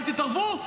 אל תתערבו.